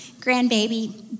Grandbaby